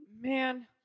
Man